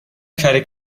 credit